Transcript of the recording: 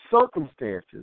circumstances